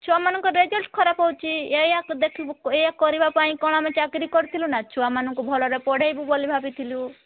ଛୁଆମାନଙ୍କ ରେଜଲ୍ଟ ଖରାପ ହେଉଛି ଏଇଆକୁ ଦେଖିବୁ ଏଇଆ କରିବା ପାଇଁ କ'ଣ ମାନେ ଚାକିର କରିଥିଲୁନା ଛୁଆମାନଙ୍କୁ ଭଲରେ ପଢ଼େଇବୁ ବୋଲି ଭାବିଥିଲୁ